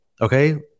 Okay